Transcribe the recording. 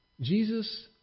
Jesus